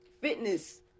Fitness